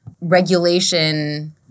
regulation